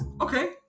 Okay